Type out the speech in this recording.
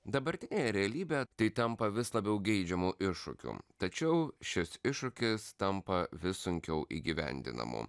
dabartinėje realybėj tai tampa vis labiau geidžiamu iššūkiu tačiau šis iššūkis tampa vis sunkiau įgyvendinamu